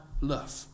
love